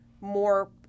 more